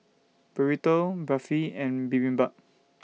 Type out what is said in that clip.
Burrito Barfi and Bibimbap